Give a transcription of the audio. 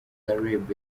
caleb